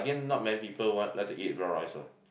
again not many people want like to eat brown rice ah